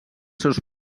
seus